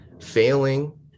failing